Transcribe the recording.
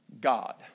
God